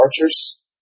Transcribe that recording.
Archers